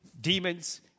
demons